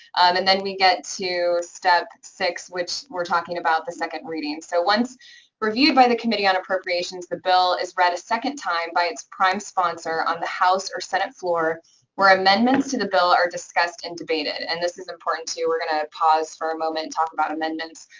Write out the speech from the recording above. and then we get to step six, which we're talking about the second reading. so once reviewed by the committee on appropriations, the bill is read a second time by its prime sponsor on the house or senate floor where amendments to the bill are discussed and debated, and this is important, too. we're gonna pause for a moment and talk about amendments.